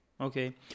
Okay